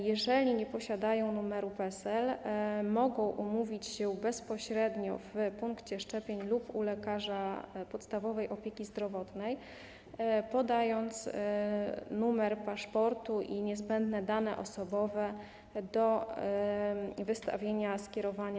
Jeżeli nie posiadają numeru PESEL, mogą umówić się bezpośrednio w punkcie szczepień lub u lekarza podstawowej opieki zdrowotnej, podając numer paszportu i niezbędne dane osobowe do wystawienia skierowania.